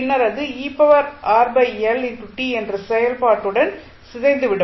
பின்னர் அது என்ற செயல்பாட்டுடன் சிதைந்துவிடும்